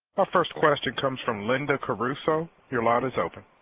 ah first question comes from linda caruso, your line is open.